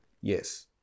yes